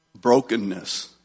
Brokenness